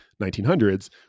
1900s